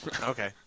Okay